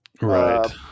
Right